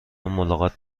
ملاقات